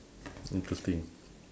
interesting